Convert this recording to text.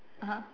(uh huh)